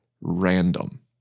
random